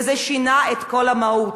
וזה שינה את כל המהות.